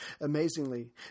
Amazingly